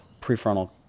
prefrontal